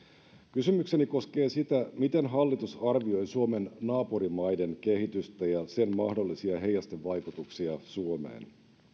kysymykseni koskee sitä miten hallitus arvioi suomen naapurimaiden kehitystä ja sen mahdollisia heijastevaikutuksia suomeen